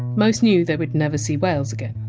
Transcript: most knew they would never see wales again.